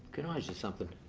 can i ask you something?